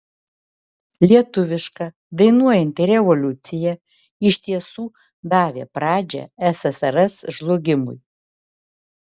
lietuviška dainuojanti revoliucija iš tiesų davė pradžią ssrs žlugimui